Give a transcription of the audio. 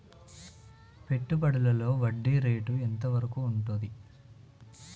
పెట్టుబడులలో వడ్డీ రేటు ఎంత వరకు ఉంటది?